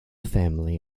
family